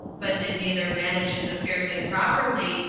but did neither manage its affairs improperly,